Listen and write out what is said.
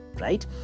right